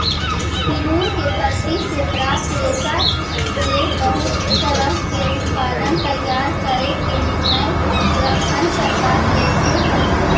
पिरुल के पत्ति से प्राप्त रेशा से बहुत तरह के उत्पाद तैयार करे के निर्णय उत्तराखण्ड सरकार लेल्के हई